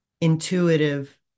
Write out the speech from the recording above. intuitive